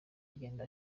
agenda